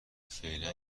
فعلا